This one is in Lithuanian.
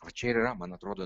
o čia ir yra man atrodo